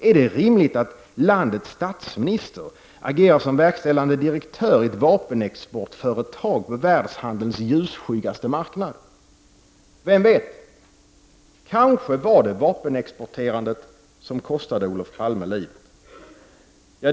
Är det rimligt att landets statsminister agerar som verkställande direktör i ett vapenexportföretag på världshandelns ljusskyggaste marknad? Vem vet, det kanske var vapenexporterandet som kostade Olof Palme livet.